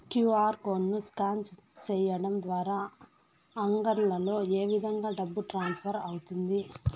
QR code ను scan సేయడం ద్వారా అంగడ్లలో ఏ విధంగా డబ్బు ట్రాన్స్ఫర్ అవుతుంది